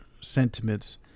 sentiments